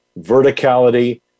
verticality